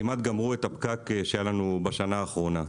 וכמעט גמרו את הפקק שהיה לנו בשנה האחרונה.